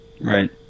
right